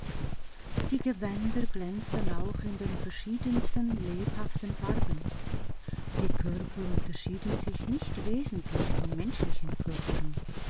die gewänder glänzten auch in den verschiedensten lebhaften farben die körper unterschieden sich nicht wesentlich von menschlichen körpern